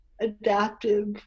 adaptive